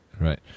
right